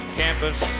campus